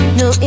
no